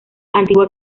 antigua